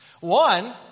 One